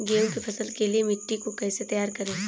गेहूँ की फसल के लिए मिट्टी को कैसे तैयार करें?